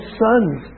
sons